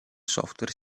software